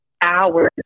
hours